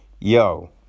yo